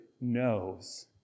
knows